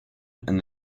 and